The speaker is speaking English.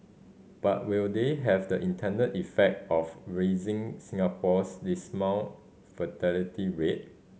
but will they have the intended effect of raising Singapore's dismal fertility rate